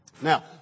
Now